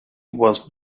was